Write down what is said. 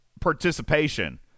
participation